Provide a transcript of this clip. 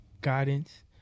guidance